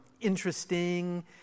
interesting